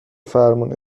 فرمون